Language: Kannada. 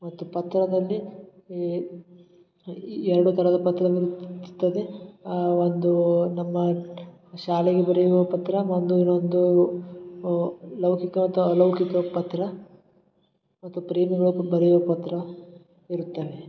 ಮತ್ತು ಪತ್ರದಲ್ಲಿ ಎರಡು ಥರದ ಪತ್ರವಿರುತ್ತದೆ ಆ ಒಂದೂ ನಮ್ಮ ಶಾಲೆಗೆ ಬರೆಯುವ ಪತ್ರ ಒಂದು ಇನ್ನೊಂದು ಲೌಕಿಕ ಅಥವ ಅಲೌಕಿಕ ಪತ್ರ ಮತ್ತು ಪ್ರೇಮಿಗಳು ಬರೆಯುವ ಪತ್ರ ಇರುತ್ತವೆ